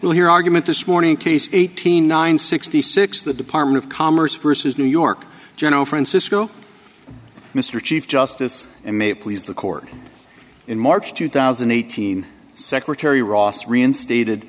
we'll hear argument this morning case eight hundred nine sixty six the department of commerce versus new york general francisco mr chief justice and may please the court in march two thousand and eighteen secretary ross reinstated